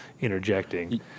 interjecting